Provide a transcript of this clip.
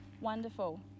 Wonderful